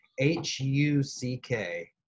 H-U-C-K